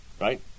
right